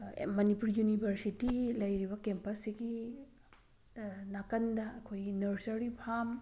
Manipur university ꯂꯩꯔꯤꯕ ꯀꯦꯝꯄꯁꯁꯤꯒꯤ ꯅꯥꯀꯟꯗ ꯑꯩꯈꯣꯏꯒꯤ ꯅꯔꯆꯔꯤ ꯐꯥꯝ